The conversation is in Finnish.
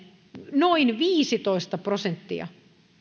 noin viisitoista prosenttia